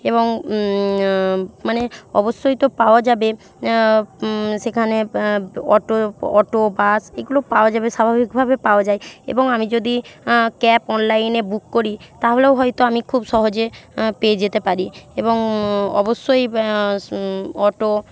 এবং মানে অবশ্যই তো পাওয়া যাবে সেখানে অটো অটো বাস এগুলো পাওয়া যাবে স্বাভাবিকভাবে পাওয়া যায় এবং আমি যদি ক্যাব অনলাইনে বুক করি তাহলেও হয়তো আমি খুব সহজে পেয়ে যেতে পারি এবং অবশ্যই অটো